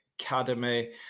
Academy